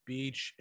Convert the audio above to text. Beach